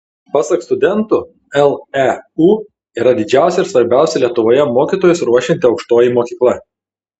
pasak studentų leu yra didžiausia ir svarbiausia lietuvoje mokytojus ruošianti aukštoji mokykla